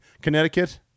Connecticut